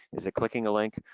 is it clicking a link,